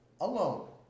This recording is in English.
alone